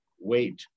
wait